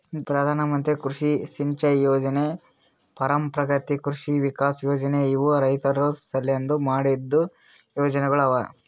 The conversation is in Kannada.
ಪ್ರಧಾನ ಮಂತ್ರಿ ಕೃಷಿ ಸಿಂಚೈ ಯೊಜನೆ, ಪರಂಪ್ರಗತಿ ಕೃಷಿ ವಿಕಾಸ್ ಯೊಜನೆ ಇವು ರೈತುರ್ ಸಲೆಂದ್ ಮಾಡಿದ್ದು ಯೊಜನೆಗೊಳ್ ಅವಾ